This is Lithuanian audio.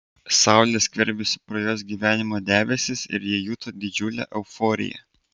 saulė skverbėsi pro jos gyvenimo debesis ir ji juto didžiulę euforiją